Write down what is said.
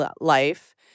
life